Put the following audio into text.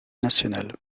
national